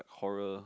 horror